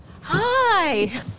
Hi